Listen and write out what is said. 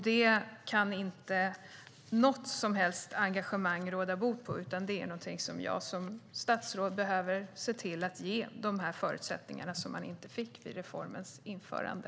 Det kan inte något som helst engagemang råda bot på, utan jag som statsråd behöver se till att ge dessa förutsättningar som de inte fick vid reformens införande.